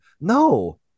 no